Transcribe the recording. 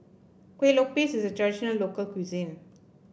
Kueh Lopes is a traditional local cuisine